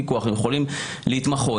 הם יכולים להתמחות,